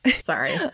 Sorry